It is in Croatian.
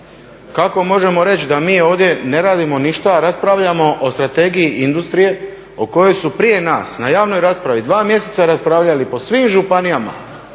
kao možemo reći da mi ovdje ne radimo ništa, a raspravljamo o strategiji industrije o kojoj su prije nas na javnoj raspravi dva mjeseca raspravljali po svim županijama